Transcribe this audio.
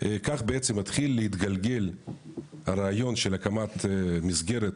כך בעצם מתחיל להתגלגל הרעיון של הקמת מסגרת